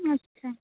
اچھا